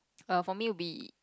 err for me will be